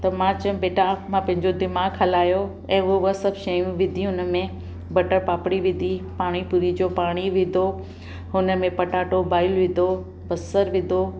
त मां चयमि बेटा मां पंहिंजो दिमाग़ हलायो ऐं उहो बसि सभु शयूं विधी हुन में बटर पापड़ी विधी पाणी पूरी जो पाणी विधो हुन में पटाटो बॉइल विधो बसरु विधो